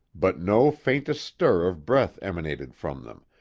but no faintest stir of breath emanated from them,